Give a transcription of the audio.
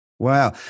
Wow